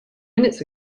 minutes